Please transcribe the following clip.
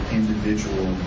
individual